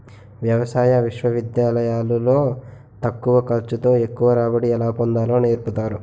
వ్యవసాయ విశ్వవిద్యాలయాలు లో తక్కువ ఖర్చు తో ఎక్కువ రాబడి ఎలా పొందాలో నేర్పుతారు